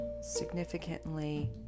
significantly